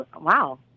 Wow